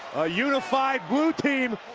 a unified blue team